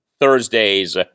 Thursday's